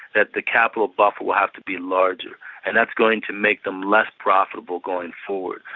that the capital buffer will have to be larger and that's going to make them less profitable going forward.